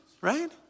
Right